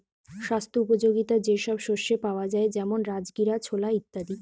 স্বাস্থ্য উপযোগিতা যে সব শস্যে পাওয়া যায় যেমন রাজগীরা, ছোলা ইত্যাদি